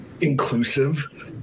inclusive